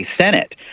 Senate